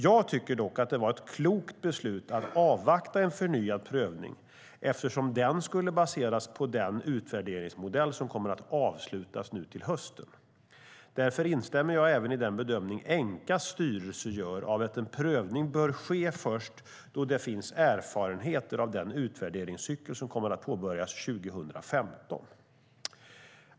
Jag tycker att det var ett klokt beslut att avvakta en förnyad prövning eftersom den skulle baseras på den utvärderingsmodell som kommer att avslutas nu till hösten. Därför instämmer jag även i den bedömning Enqas styrelse gör av att en prövning bör ske först då det finns erfarenheter av den utvärderingscykel som kommer att påbörjas 2015.